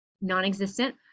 Non-existent